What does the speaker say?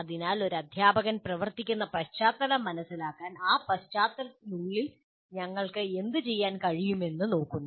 അതിനാൽ ഒരു അധ്യാപകൻ പ്രവർത്തിക്കുന്ന പശ്ചാത്തലം മനസിലാക്കാൻ ആ പശ്ചാത്തലത്തിനുള്ളിൽ ഞങ്ങൾക്ക് എന്ത് ചെയ്യാൻ കഴിയുമെന്നു നോക്കുന്നു